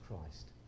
christ